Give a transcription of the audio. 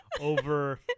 over